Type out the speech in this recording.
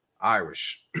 Irish